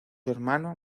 hermano